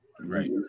Right